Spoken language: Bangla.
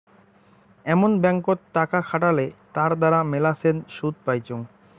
এমন ব্যাঙ্কত টাকা খাটালে তার দ্বারা মেলাছেন শুধ পাইচুঙ